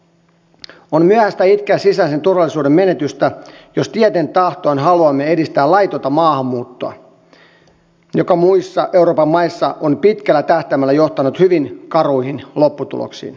on myöhäistä itkeä sisäisen turvallisuuden menetystä jos tieten tahtoen haluamme edistää laitonta maahanmuuttoa joka muissa euroopan maissa on pitkällä tähtäimellä johtanut hyvin karuihin lopputuloksiin